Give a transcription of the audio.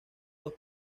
sus